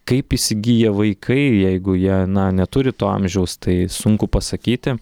kaip įsigyja vaikai jeigu jie neturi to amžiaus tai sunku pasakyti